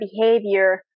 behavior